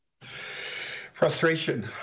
Frustration